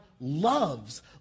loves